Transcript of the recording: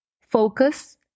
focus